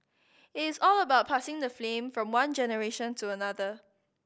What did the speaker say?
it is all about passing the flame from one generation to another